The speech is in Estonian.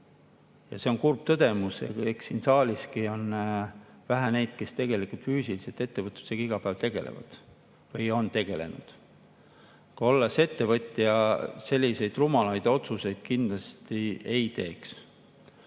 Ja see on kurb tõdemus. Eks siin saaliski on vähe neid, kes tegelikult füüsiliselt ettevõtlusega iga päev tegelevad või on tegelenud. Ettevõtja selliseid rumalaid otsuseid kindlasti ei teeks.